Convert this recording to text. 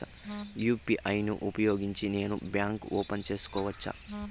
UPI ను ఉపయోగించి నేను బ్యాంకు ఓపెన్ సేసుకోవచ్చా?